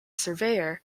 surveyor